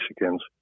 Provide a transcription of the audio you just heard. Mexicans